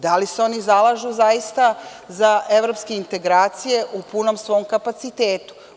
Da li se oni zalažu zaista za evropske integracije u punom svom kapacitetu?